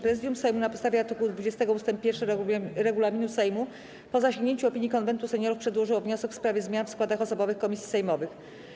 Prezydium Sejmu na podstawie art. 20 ust. 1 regulaminu Sejmu, po zasięgnięciu opinii Konwentu Seniorów, przedłożyło wniosek w sprawie zmian w składach osobowych komisji sejmowych.